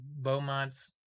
Beaumont's